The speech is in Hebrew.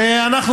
ואנחנו,